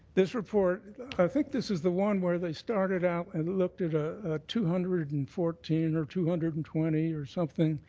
this report i think this is the one where they start the out, and looked at a two hundred and fourteen or two hundred and twenty or something,